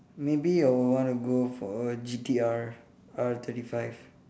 maybe I would want to go for a G_T_R R thirty five